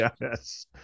Yes